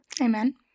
amen